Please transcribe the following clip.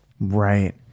Right